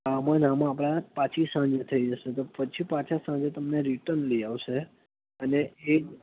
આમાં ને આમાં આપણે પાછી સાંજ થઈ જશે તો પછી પાછા સાંજે તમને રિટર્ન લઈ આવશે અને એક